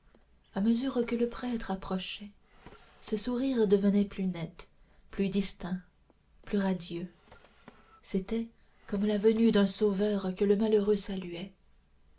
à mesure que le prêtre approchait ce sourire devenait plus net plus distinct plus radieux c'était comme la venue d'un sauveur que le malheureux saluait